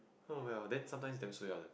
oh well then sometimes is damn suay one